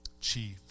chief